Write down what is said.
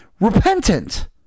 repentant